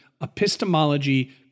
epistemology